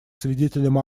свидетелем